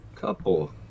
couple